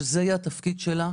שזה יהיה התפקיד שלה,